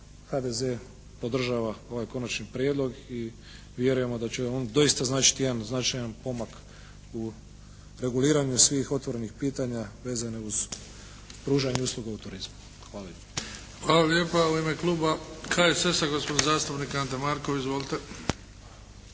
HDZ podržava ovaj Konačni prijedlog i vjerujemo da će on doista značiti jedan značajan pomak u reguliranju svih otvorenih pitanja vezane uz pružanje usluga u turizmu. Hvala lijepa. **Bebić, Luka (HDZ)** Hvala lijepa. U ime Kluba HSS-a gospodin zastupnik Ante Markov. Izvolite.